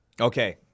Okay